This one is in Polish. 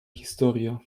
historia